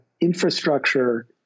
infrastructure